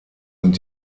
sind